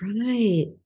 right